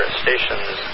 stations